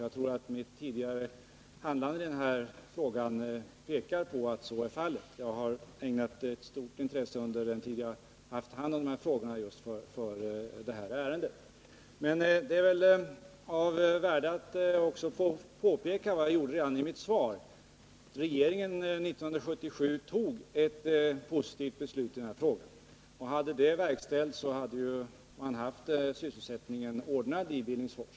Jag tror att mitt tidigare handlande i denna fråga pekar på att så är fallet. Jag har ägnat just det här ärendet stort intresse under den tid som jag haft hand om dessa frågor. Men det är väl av värde att också påpeka, som jag gjorde redan i mitt svar, att regeringen 1977 fattade ett positivt beslut i den här frågan. Om det beslutet hade verkställts hade man haft sysselsättningen ordnad i Billingsfors.